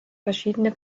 verschiedene